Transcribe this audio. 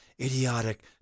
idiotic